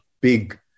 big